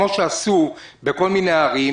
שעשו בכל מיני ערים,